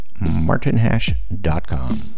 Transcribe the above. martinhash.com